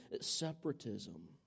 separatism